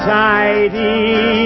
tidy